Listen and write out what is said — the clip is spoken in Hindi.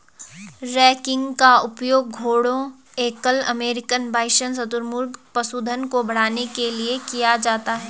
रैंकिंग का उपयोग घोड़ों एल्क अमेरिकन बाइसन शुतुरमुर्ग पशुधन को बढ़ाने के लिए किया जाता है